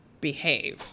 behave